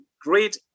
great